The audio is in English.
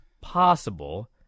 possible